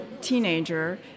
teenager